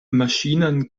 maschinen